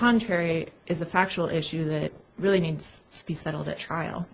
contrary is a factual issue that really needs to be settled at trial